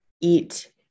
eat